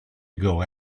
ago